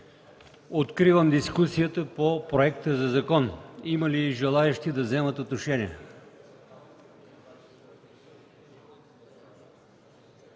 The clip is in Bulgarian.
Откривам дискусията по проекта за закон. Има ли желаещи да вземат отношение?